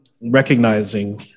recognizing